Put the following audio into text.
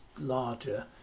larger